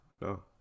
No